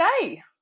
today